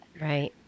Right